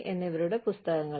അതിനാൽ അതേ പുസ്തകങ്ങൾ